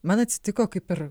man atsitiko kaip ir